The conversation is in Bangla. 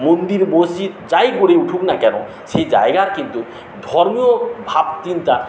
মন্দির মসজিদ যাই গড়ে উঠুক না কেন সেই জায়গার কিন্তু ধর্মীয় ভাব চিন্তা